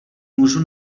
můžu